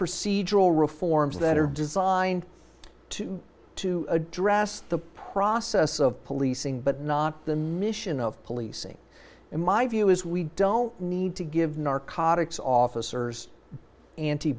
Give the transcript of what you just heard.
procedural reforms that are designed to to address the process of policing but not the mission of policing in my view is we don't need to give narcotics officers anti